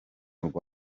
rwanda